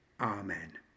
Amen